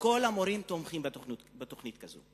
כל המורים תומכים בתוכנית כזו,